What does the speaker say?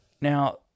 Now